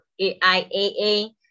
AIAA